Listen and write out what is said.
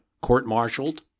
court-martialed